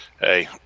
hey